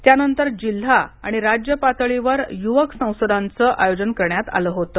त्यानंतर जिल्हा आणि राज्य पातळीवर युवक संसदांचं आयोजन करण्यात आलं होतं